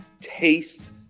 taste